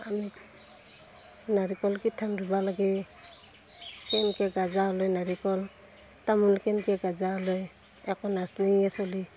আমি নাৰিকল কিঠান ৰুবা লাগে কেনকে গাজা ওলায় নাৰিকল তামোল কেনকে গাজা হ'লে একো নাজনেই চলি